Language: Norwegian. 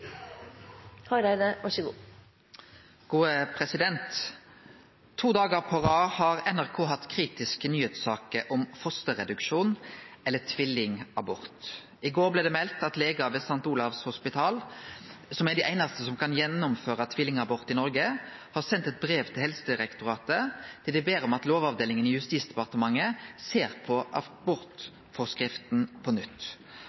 To dagar på rad har NRK hatt kritiske nyheitssaker om fosterreduksjon eller «tvillingabort». I går blei det meldt at legar ved St. Olavs Hospital, som er dei einaste som kan gjennomføre tvillingabort i Noreg, har sendt eit brev til Helsedirektoratet, der dei ber om at Lovavdelinga i Justisdepartementet ser på abortforskrifta på